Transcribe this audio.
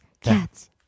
cats